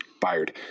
Fired